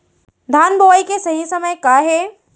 धान बोआई के सही समय का हे?